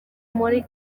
muri